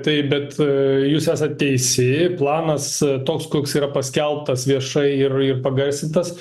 taip bet jūs esat teisi planas toks koks yra paskelbtas viešai ir ir pagarsintas